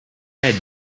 had